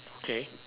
okay